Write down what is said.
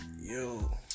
Yo